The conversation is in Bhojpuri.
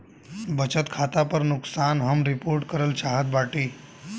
बचत खाता पर नुकसान हम रिपोर्ट करल चाहत बाटी